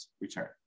return